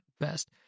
best